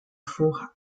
four